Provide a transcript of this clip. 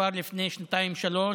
כבר לפני שנתיים-שלוש,